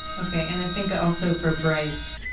okay, and i think also for bryce